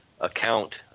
account